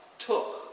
took